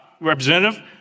Representative